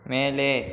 மேலே